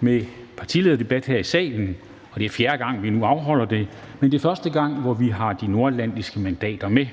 med partilederdebat her i salen, og det er fjerde gang, vi nu afholder det, men det er første gang, vi har de nordatlantiske mandater med.